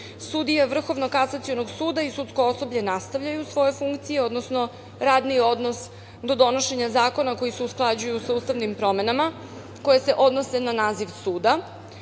Sudije Vrhovnog kasacionog suda i sudsko osoblje nastavljaju svoje funkcije, odnosno radni odnos do donošenja zakona koji se usklađuju sa ustavnim promenama koje se odnose na naziv suda.